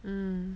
mm